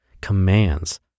commands